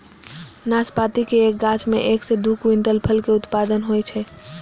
नाशपाती के एक गाछ मे एक सं दू क्विंटल फल के उत्पादन होइ छै